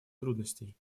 трудностей